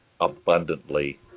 abundantly